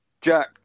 Jack